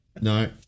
No